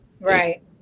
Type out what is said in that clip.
Right